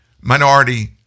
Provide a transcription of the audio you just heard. minority